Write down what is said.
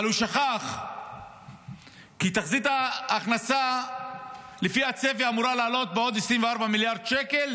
אבל הוא שכח כי תחזית ההכנסה לפי הצפי אמורה לעלות בעוד 24 מיליארד שקל,